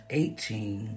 eighteen